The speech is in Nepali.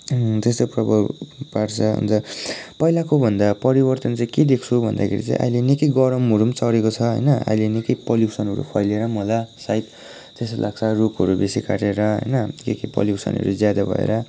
त्यस्तै प्रभाव पार्छ अन्त पहिलाको भन्दा परिवर्तन चाहिँ के देख्छु भन्दाखेरि चाहिँ अहिले निकै गरमहरू पनि चढेको छ होइन अहिले निकै पोल्युसनहरू फैलिएर पनि होला सायद त्यस्तो लाग्छ रुखहरू बेसी काटेर होइन के के पोल्युसनहरू ज्यादा भएर